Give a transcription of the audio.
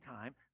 time